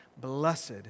blessed